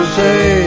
say